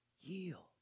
yield